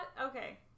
okay